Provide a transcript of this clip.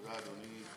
תודה, אדוני.